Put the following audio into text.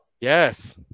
Yes